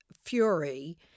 Fury